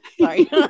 Sorry